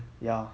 ya